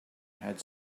had